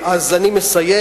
אני מסיים